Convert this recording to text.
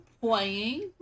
playing